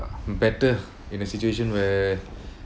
better in a situation where